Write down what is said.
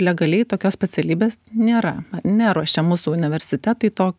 legaliai tokios specialybės nėra neruošia mūsų universitetai to